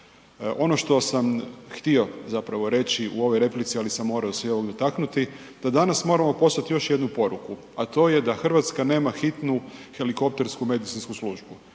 Ono što sam htio zapravo reći u ovoj replici, ali sam se morao ovog dotaknuti, da danas moramo poslati još jednu poruku, a to je da Hrvatska nema hitnu helikoptersku medicinsku službu.